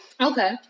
Okay